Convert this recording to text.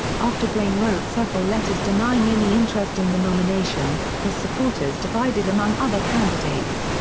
after blaine wrote several letters denying any interest in the nomination, his supporters divided among other candidates,